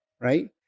right